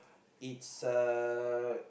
it's uh